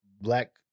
black